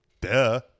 duh